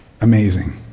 amazing